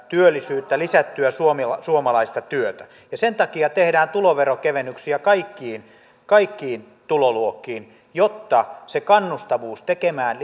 työllisyyttä lisättyä suomalaista työtä sen takia tehdään tuloveronkevennyksiä kaikkiin kaikkiin tuloluokkiin jotta se kannustavuus tekemään